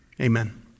amen